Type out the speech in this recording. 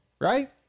right